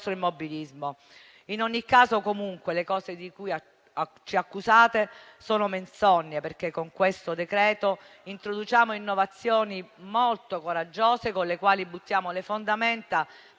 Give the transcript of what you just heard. In ogni caso, le cose di cui ci accusate sono menzogne, perché con questo decreto introduciamo innovazioni molto coraggiose, con le quali buttiamo le fondamenta